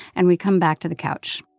and we come back to the couch.